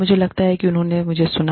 मुझे लगता है उन्होंने मुझे सुना